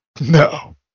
No